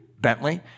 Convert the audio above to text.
Bentley